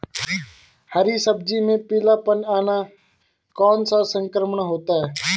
हरी सब्जी में पीलापन आना कौन सा संक्रमण होता है?